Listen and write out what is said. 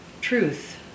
truth